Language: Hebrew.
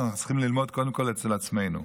אנחנו צריכים ללמוד קודם כול אצל עצמנו.